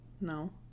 No